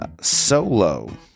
solo